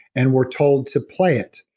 and were told to play it.